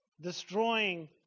destroying